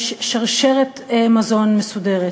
יש שרשרת מזון מסודרת.